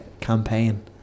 campaign